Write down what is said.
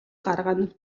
гаргана